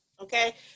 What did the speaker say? okay